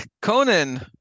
Conan